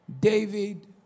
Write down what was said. David